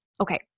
okay